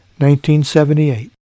1978